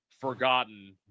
forgotten